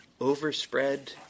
overspread